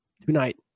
tonight